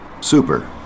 Super